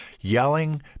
Yelling